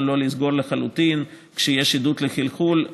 לא לסגור לחלוטין כשיש עדות לחלחול.